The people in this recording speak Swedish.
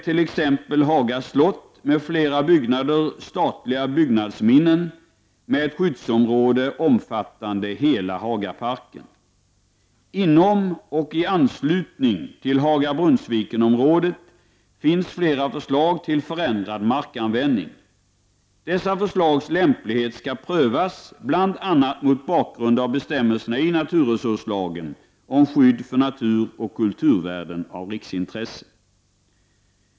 T.ex. är Haga slott med flera byggnader statliga byggnadsminnen med ett skyddsområde omfattande hela Hagaparken. Det finns flera förslag till förändrad markanvändning inom och i anslutning till Haga-Brunnsviken-området. Dessa förslags lämplighet skall prövas bl.a. mot bakgrund av bestämmelserna i naturresurslagen om skydd för naturoch kulturvärden av riksintresse.